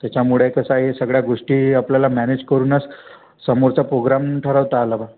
त्याच्यामुळे कसं आहे सगळ्या गोष्टी आपल्याला मॅनेज करूनच समोरचा पोग्राम ठरवता आला बा